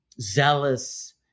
zealous